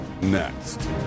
next